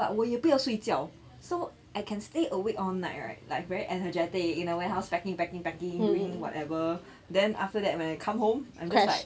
but 我也不要睡觉 so I can stay awake all night right like every energetic in the warehouse packing packing packing doing whatever then after that when I come home I'm just like